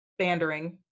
bandering